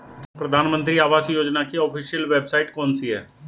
प्रधानमंत्री आवास योजना की ऑफिशियल वेबसाइट कौन सी है?